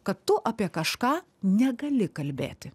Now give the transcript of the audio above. kad tu apie kažką negali kalbėti